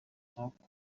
cyangwa